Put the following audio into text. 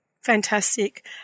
Fantastic